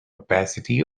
opacity